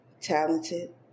talented